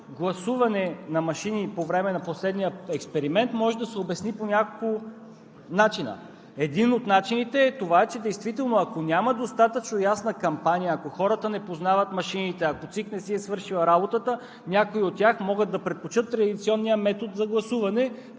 гласуване на машини по време на последния експеримент може да се обясни по няколко начина. Един от начините е това, че действително, ако няма достатъчно ясна кампания, ако хората не познават машините, ако ЦИК не си е свършила работата, някои от тях могат да предпочетат традиционния метод за гласуване,